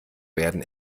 werden